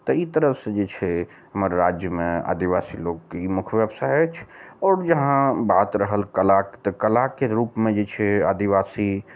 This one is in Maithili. तऽ ई तरह से जे छै हमर राज्यमे आदिवासी लोकके ई मुख्य व्यवसाय अछि आओर यहाँ बात रहल कलाक तऽ कलाके रूपमे जे छै आदिवासी